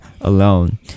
alone